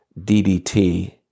DDT